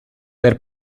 per